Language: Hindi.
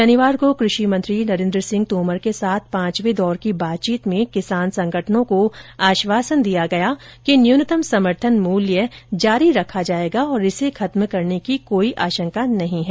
शनिवार को कृषि मंत्री नरेन्द्र सिंह तोमर के साथ पांचवें दौर की बातचीत में किसान संगठनों को आश्वासन दिया गया कि न्यूनतम समर्थन मूल्य जारी रखा जाएगा और इसे खत्म करने की कोई आशंका नहीं है